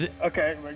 okay